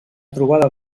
trobada